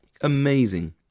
Amazing